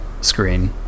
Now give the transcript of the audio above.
screen